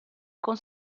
con